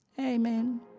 Amen